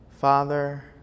Father